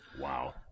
Wow